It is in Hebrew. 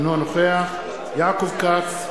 אינו נוכח יעקב כץ,